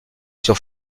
sur